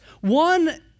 One